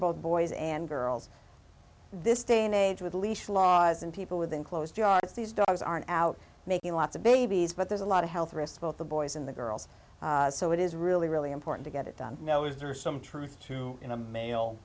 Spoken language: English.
both boys and girls this day and age with leash laws and people with enclosed yards these dogs aren't out making lots of babies but there's a lot of health risk with the boys in the girls so it is really really important to get it done know is there some truth to in a male